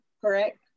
correct